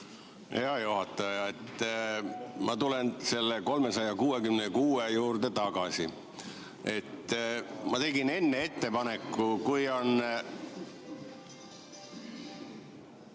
Hea juhataja! Ma tulen selle 366 juurde tagasi. Ma tegin enne ettepaneku, kui on ...